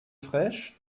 fraîche